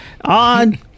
on